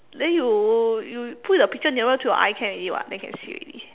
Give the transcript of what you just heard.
then you you put the picture nearer to your eye can already [what] then can see already